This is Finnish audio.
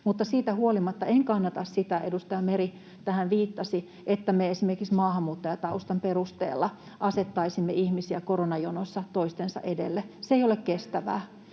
Mutta siitä huolimatta en kannata sitä — edustaja Meri tähän viittasi — että me esimerkiksi maahanmuuttajataustan perusteella asettaisimme ihmisiä koronajonossa toistensa edelle. Se ei ole kestävää.